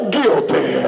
guilty